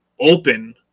open